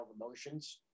emotions